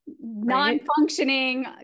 non-functioning